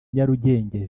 nyarugenge